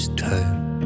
time